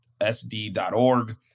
SD.org